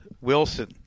Wilson